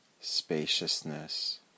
spaciousness